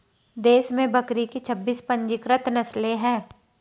देश में बकरी की छब्बीस पंजीकृत नस्लें हैं